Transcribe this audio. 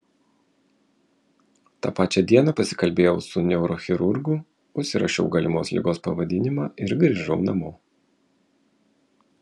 tą pačią dieną pasikalbėjau su neurochirurgu užsirašiau galimos ligos pavadinimą ir grįžau namo